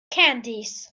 candies